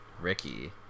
Ricky